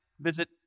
Visit